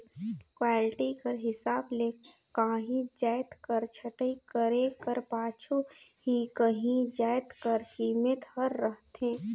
quality कर हिसाब ले काहींच जाएत कर छंटई करे कर पाछू ही काहीं जाएत कर कीमेत हर रहथे